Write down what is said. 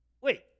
Wait